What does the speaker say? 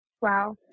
Wow